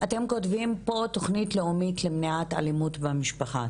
אתם כותבים פה תוכנית לאומית למניעת אלימות במשפחה.